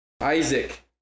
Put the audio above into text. Isaac